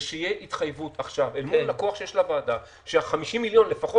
ושתהיה התחייבות עכשיו אל מול הכוח שיש לוועדה שה-50 מיליון לפחות